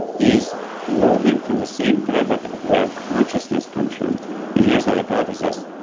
is woven from the same fabric of where consciousness comes from and here's the hypothesis,